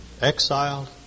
exiled